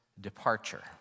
departure